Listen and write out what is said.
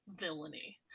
villainy